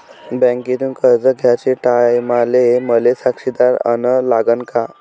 बँकेतून कर्ज घ्याचे टायमाले मले साक्षीदार अन लागन का?